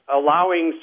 allowing